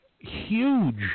huge